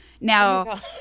Now